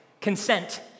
Consent